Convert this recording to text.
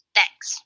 Thanks